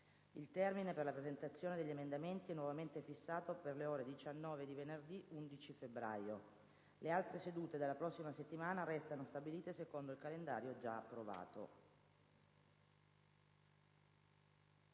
Il termine per la presentazione degli emendamenti e nuovamente fissato per le ore 19 di venerdı11 febbraio. Le altre sedute della prossima settimana restano stabilite secondo il calendario gia approvato.